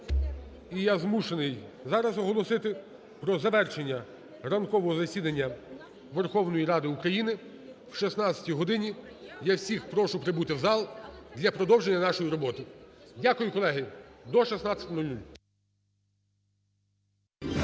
я змушений зараз оголосити про завершення ранкового засідання Верховної Ради України. О 16 годині я всіх прошу прибути в зал для продовження нашої роботи. Дякую, колеги. До 16:00.